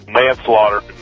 manslaughter